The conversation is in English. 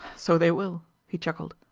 so they will. he chuckled,